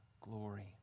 glory